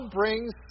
brings